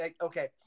Okay